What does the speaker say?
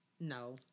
No